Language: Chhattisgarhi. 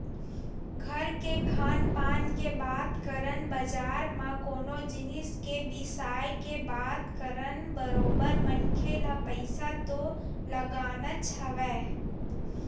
घर के खान पान के बात करन बजार म कोनो जिनिस के बिसाय के बात करन बरोबर मनखे ल पइसा तो लगानाच हवय